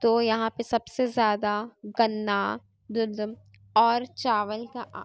تو یہاں پہ سب سے زیادہ گنّا گندُم اور چاول کا